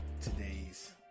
today's